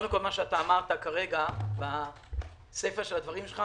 מה שאמרת כרגע בסיפה של הדברים שלך